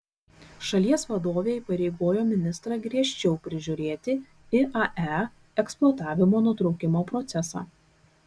šalies vadovė įpareigojo ministrą griežčiau prižiūrėti iae eksploatavimo nutraukimo procesą